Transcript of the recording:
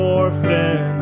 orphan